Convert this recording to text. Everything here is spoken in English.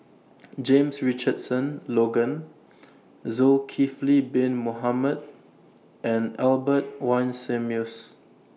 James Richardson Logan Zulkifli Bin Mohamed and Albert Winsemius